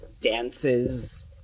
dances